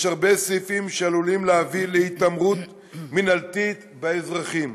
יש הרבה סעיפים שעלולים להביא להתעמרות מינהלתית באזרחים.